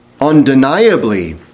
undeniably